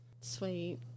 sweet